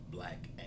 Black